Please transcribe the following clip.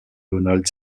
donald